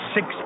Six